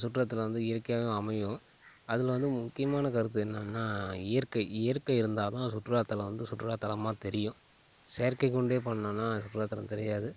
சுற்றுலாத்தலம் வந்து இயற்கையாகவே அமையும் அதில் வந்து முக்கியமான கருத்து என்னென்னா இயற்கை இயற்கை இருந்தால் தான் சுற்றுலாத்தலம் வந்து சுற்றுலாத்தலமாக தெரியும் செயற்கை கொண்டே பண்ணோம்னா சுற்றுலாத்தலம் தெரியாது